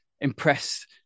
impressed